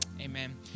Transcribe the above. Amen